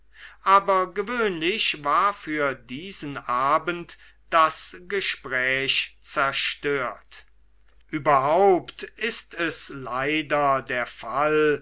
aber gewöhnlich war für diesen abend das gespräch zerstört überhaupt ist es leider der fall